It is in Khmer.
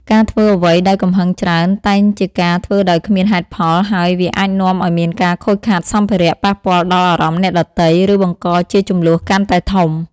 ការធ្វើអ្វីដោយកំហឹងច្រើន តែងជាការធ្វើដោយគ្មានហេតុផល ហើយ វាអាចនាំឲ្យមានការខូចខាតសម្ភារៈ ប៉ះពាល់ដល់អារម្មណ៍អ្នកដទៃ ឬបង្កជាជម្លោះកាន់តែធំ។